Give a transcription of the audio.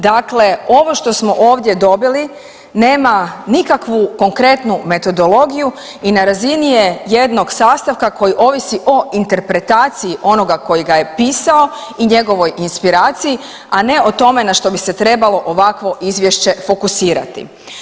Dakle, ovo što smo ovdje dobili nema nikakvu konkretnu metodologiju i na razini je jednog sastavka koji ovisi o interpretaciji onoga koji ga je pisao i njegovoj inspiraciji, a ne o tome na što bi se trebalo ovakvo izvješće fokusirati.